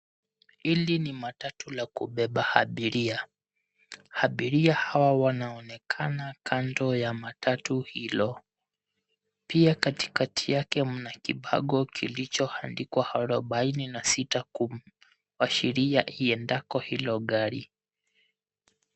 Hili ni matatu la kubeba abiria. Abiria hawa wanaonekana kando ya matatu hilo. Pia katikati yake mna kibango kilichoandikwa arobaini na sita kuashiria iendako hilo gari.